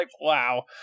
wow